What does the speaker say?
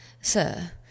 sir